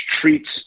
treats